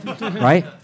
right